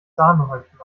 sahnehäubchen